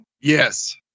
Yes